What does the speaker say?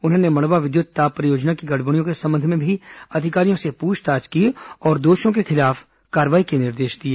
उन्होंने मड़वा विद्युत ताप परियोजना की गड़बड़ियों के संबंध में भी अधिकारियों से पूछताछ की और दोषियों के विरूद्ध कार्रवाई के निर्देश दिए